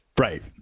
Right